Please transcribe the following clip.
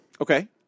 Okay